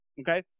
Okay